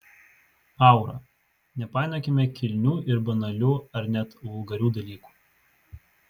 aura nepainiokime kilnių ir banalių ar net vulgarių dalykų